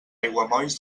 aiguamolls